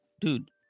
dude